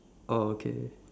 oh okay